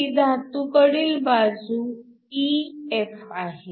ही धातुकडील बाजू EF आहे